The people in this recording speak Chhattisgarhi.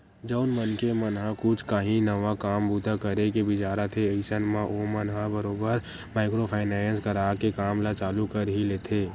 जउन मनखे मन ह कुछ काही नवा काम बूता करे के बिचारत हे अइसन म ओमन ह बरोबर माइक्रो फायनेंस करा के काम ल चालू कर ही लेथे